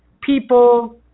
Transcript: people